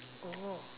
oh